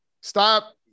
stop